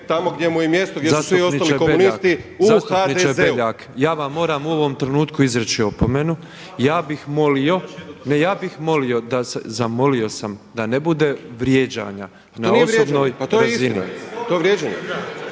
Zastupniče Beljak, ja vam moram u ovome trenutku izreći opomenu. Ja bih molio, zamolio sam da ne bude vrijeđanja na osobnoj…/… **Beljak,